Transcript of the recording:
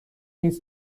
نیز